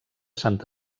sant